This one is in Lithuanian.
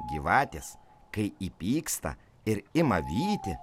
gyvatės kai įpyksta ir ima vyti